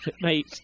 Mate